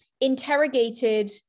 interrogated